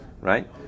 Right